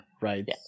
right